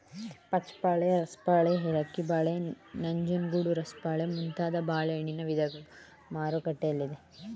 ಪಚ್ಚಬಾಳೆ, ರಸಬಾಳೆ, ಏಲಕ್ಕಿ ಬಾಳೆ, ನಂಜನಗೂಡು ರಸಬಾಳೆ ಮುಂತಾದ ಬಾಳೆಹಣ್ಣಿನ ವಿಧಗಳು ಮಾರುಕಟ್ಟೆಯಲ್ಲಿದೆ